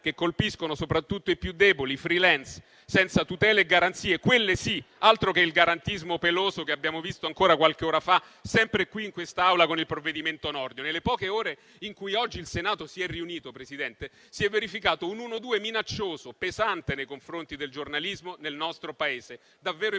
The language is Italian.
che colpiscono soprattutto i più deboli, i *freelance*, senza tutele e garanzie, quelle sì, altro che il garantismo peloso che abbiamo visto ancora qualche ora fa sempre qui in quest'Aula con il provvedimento Nordio. Nelle poche ore in cui oggi il Senato si è riunito, signor Presidente, si è verificato un 1-2 minaccioso e pesante nei confronti del giornalismo nel nostro Paese, davvero impressionante.